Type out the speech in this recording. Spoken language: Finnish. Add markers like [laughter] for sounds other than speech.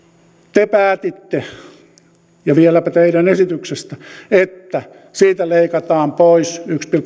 te päätitte ja vieläpä teidän esityksestänne että leikataan pois yksi [unintelligible]